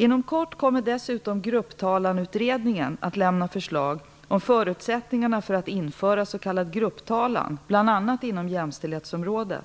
Inom kort kommer dessutom Grupptalanutredningen att lämna förslag om förutsättningarna för att införa s.k. grupptalan bl.a. inom jämställdhetsområdet.